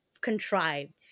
contrived